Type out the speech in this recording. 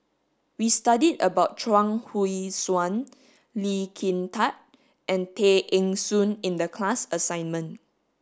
we studied about Chuang Hui Tsuan Lee Kin Tat and Tay Eng Soon in the class assignment